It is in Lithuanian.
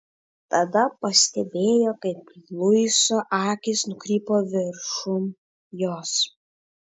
tada pastebėjo kaip luiso akys nukrypo viršum jos